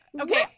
Okay